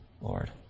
Lord